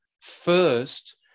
first